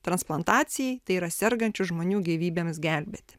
transplantacijai tai yra sergančių žmonių gyvybėms gelbėti